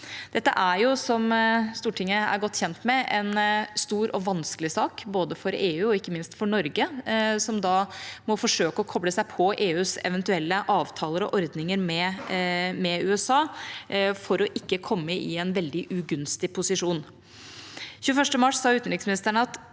Dette er jo, som Stortinget er godt kjent med, en stor og vanskelig sak både for EU og ikke minst for Norge, som da må forsøke å koble seg på EUs eventuelle avtaler og ordninger med USA for ikke å komme i en veldig ugunstig posisjon. Den 21. mars sa utenriksministeren: